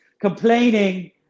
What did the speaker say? complaining